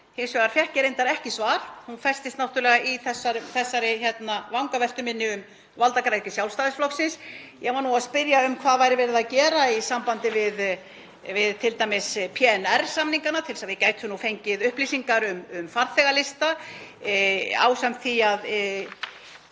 Hins vegar fékk ég reyndar ekki svar. Hún festist náttúrlega í þessari vangaveltu minni um valdagræðgi Sjálfstæðisflokksins. Ég var að spyrja um hvað væri verið að gera í sambandi við t.d. PNR-samningana til þess að við gætum fengið upplýsingar um farþegalista. Ég ætla